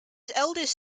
eldest